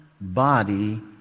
body